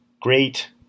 great